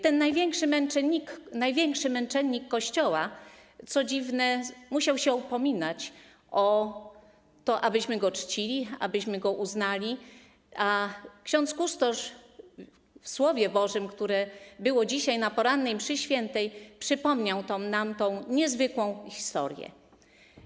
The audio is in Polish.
Ten największy męczennik Kościoła, co dziwne, musiał się upominać o to, abyśmy go czcili, abyśmy go uznali, a ksiądz kustosz w Słowie Bożym, które było dzisiaj na porannej mszy świętej, przypomniał nam tę niezwykłą historię.